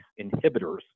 inhibitors